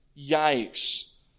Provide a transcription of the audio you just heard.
Yikes